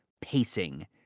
pacing